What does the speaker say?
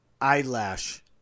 eyelash